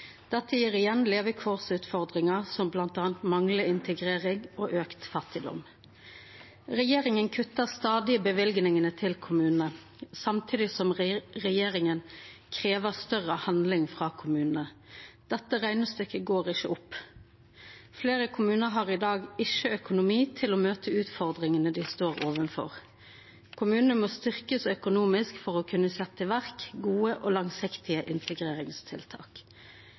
gir igjen betyr levekårsutfordringer, som bl.a. manglende integrering og økt fattigdom. Regjeringen kutter stadig i bevilgningene til kommunene, samtidig som den krever større handling fra kommunene. Dette regnestykket går ikke opp. Flere kommuner har i dag ikke økonomi til å møte utfordringene de står overfor. Kommunene må styrkes økonomisk for å kunne sette i verk gode og langsiktige integreringstiltak.